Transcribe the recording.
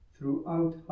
Throughout